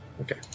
Okay